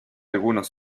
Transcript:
algunos